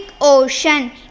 Ocean